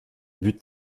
but